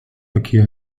verkehr